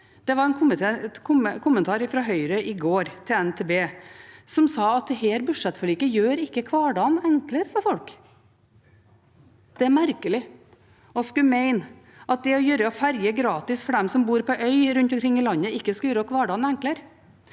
så, var en kommentar fra Høyre i går til NTB, om at dette budsjettforliket ikke gjør hverdagen enklere for folk. Det er merkelig å skulle mene at det å gjøre ferje gratis for dem som bor på øyene rundt omkring i landet, ikke skal gjøre hverdagen enklere,